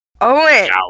Owen